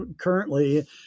currently